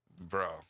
Bro